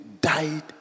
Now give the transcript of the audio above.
died